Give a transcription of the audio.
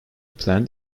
plant